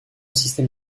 système